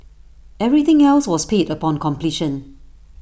everything else was paid upon completion